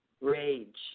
Rage